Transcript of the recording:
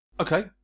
Okay